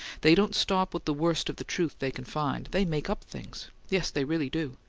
they don't stop with the worst of the truth they can find they make up things yes, they really do!